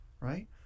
right